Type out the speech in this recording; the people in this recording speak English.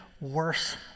worse